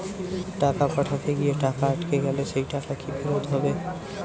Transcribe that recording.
টাকা পাঠাতে গিয়ে টাকা আটকে গেলে সেই টাকা কি ফেরত হবে?